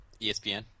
ESPN